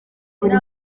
buri